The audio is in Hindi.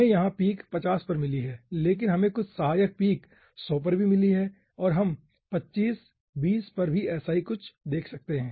हमें यहां पीक 50 पर मिली है लेकिन हमें कुछ सहायक पीक 100 पर भी मिली है और हम 25 20 पर भी ऐसा ही कुछ देख सकते है